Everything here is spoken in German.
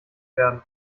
werden